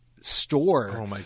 store